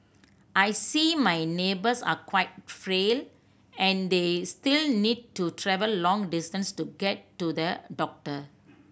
I see my neighbours are quite frail and they still need to travel long distances to get to the doctor